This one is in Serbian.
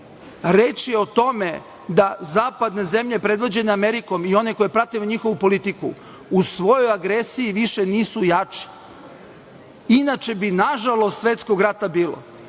Reč je o tome da zapadne zemlje predvođene Amerikom i one koje prate njihovu politiku, u svojoj agresiji više nisu jači, inače bi, nažalost, svetskog rata bilo.